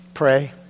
pray